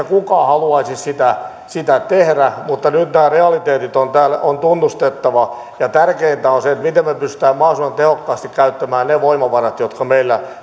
kukaan haluaisi sitä sitä tehdä mutta nyt nämä realiteetit on tunnustettava ja tärkeintä on se miten me pystymme mahdollisimman tehokkaasti käyttämään ne voimavarat jotka meillä